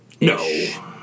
No